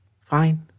fine